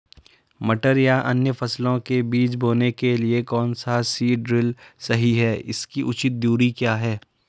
मटर या अन्य फसलों के बीज बोने के लिए कौन सा सीड ड्रील सही है इसकी उचित दूरी क्या है?